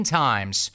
times